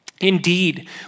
Indeed